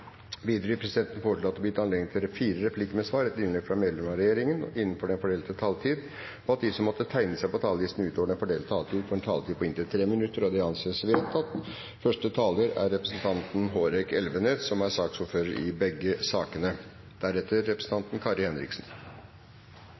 Videre vil presidenten foreslå at det blir gitt anledning til fire replikker med svar etter innlegg fra medlemmer av regjeringen innenfor den fordelte taletid, og at de som måtte tegne seg på talerlisten utover den fordelte taletid, får en taletid på inntil 3 minutter. – Det anses vedtatt. Som presidenten nevnte, er behandlingen av forvaringsdelen i proposisjonen slått sammen med representantforslaget fra Kristelig Folkeparti om endringer i